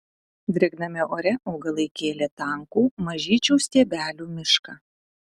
drėgname ore augalai kėlė tankų mažyčių stiebelių mišką